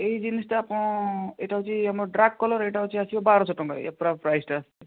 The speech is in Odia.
ଏଇ ଜିନ୍ସଟା ଆପଣ ଏଇଟା ହେଉଛି ଆମର ଡାର୍କ କଲର୍ ଏଇଟା ହେଉଛି ଆମର ଆସିବ ବାରଶହ ଟଙ୍କାରେ ଏ ପୂରା ପ୍ରାଇସ୍ଟା